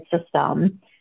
system